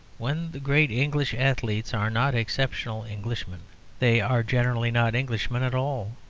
when the great english athletes are not exceptional englishmen they are generally not englishmen at all.